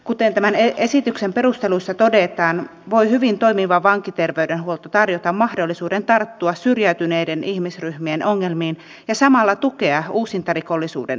kuten tämän esityksen perusteluissa todetaan voi hyvin toimiva vankiterveydenhuolto tarjota mahdollisuuden tarttua syrjäytyneiden ihmisryhmien ongelmiin ja samalla tukea uusintarikollisuuden ehkäisyä